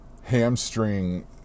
hamstring